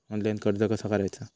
Online कर्ज कसा करायचा?